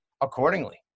accordingly